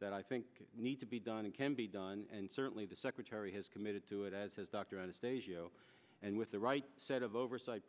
that i think need to be done and can be done and certainly the secretary has committed to it as his doctor out and with the right set of oversight